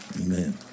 Amen